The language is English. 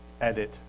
edit